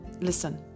Listen